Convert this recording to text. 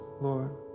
Lord